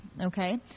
Okay